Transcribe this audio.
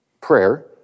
Prayer